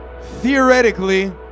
theoretically